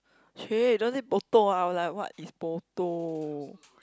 chey don't say poto I was like what is poto